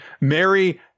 Mary